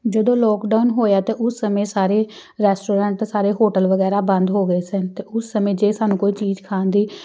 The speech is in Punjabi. ਜਦੋਂ ਲੋਕਡਾਊਨ ਹੋਇਆ ਤਾਂ ਉਸ ਸਮੇਂ ਸਾਰੇ ਰੈਸਟੋਰੈਂਟ ਸਾਰੇ ਹੋਟਲ ਵਗੈਰਾ ਬੰਦ ਹੋ ਗਏ ਸਨ ਅਤੇ ਉਸ ਸਮੇਂ ਜੇ ਸਾਨੂੰ ਕੋਈ ਚੀਜ਼ ਖਾਣ ਦੀ